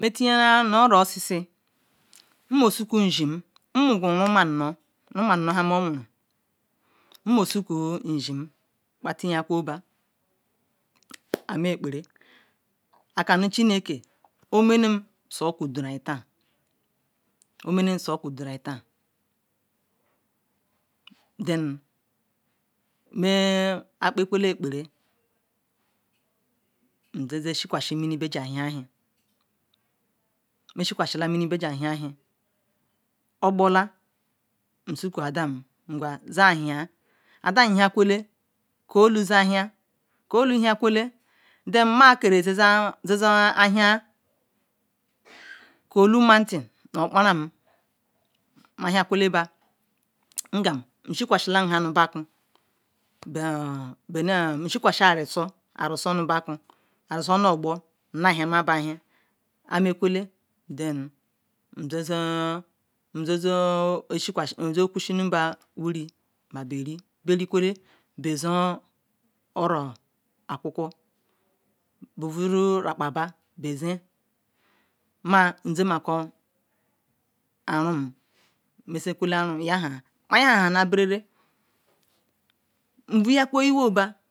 Menti yanna nu oro osisi mmo suku nshim nmomo umu amu ruma amu bo han mo mogul mumosuten isuim kpa tiya ku ba aso chineke no menem satiyomrun tan then ak Pakwele akpara nzen shikwasi mini bajiahenla hen obalansoku adam n zen hen adam hen kwe len sukul ou zam hen ke olu hen kwete thom de ma leeru ozin hen olu matin ma oparan ba her kwele ngam nshi kwa si nhau au bakun nghi kwasi orosi nu bakwon onu bol zen han bahen ahenkwele nzen kw. usinu ba wiri beri be ri kwela bezin oro okuku boyoro akpal ba bezim ma mzimmakaa arom mezikwe mvo yakwn iwooba